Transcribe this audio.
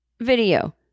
video